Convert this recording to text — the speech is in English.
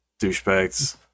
douchebags